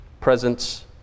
presence